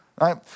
right